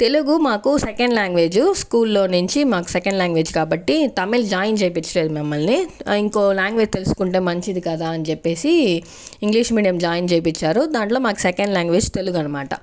తెలుగు మాకు second language స్కూల్లో నుంచి మాకు సెకండ్ లాంగ్వేజు కాబట్టి తమిళ్ జాయిన్ చేపిచ్చలేదు మమ్మల్ని ఇంకో లాంగ్వేజ్ తెలుసుకుంటే మంచిది కదా అని చెప్పేసి ఇంగ్లీష్ మీడియం జాయిన్ చేపిచ్ఛారు దాంట్లో మాకు సెకండ్ లాంగ్వేజు తెలుగు అనమాట